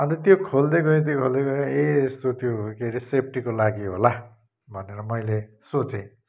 अन्त त्यो खोल्दै गएँ त्यो खोल्दै गएँ ए यस्तो त्यो के हरे सेफ्टीको लागि होला भनेर मैले सोचेँ